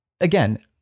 again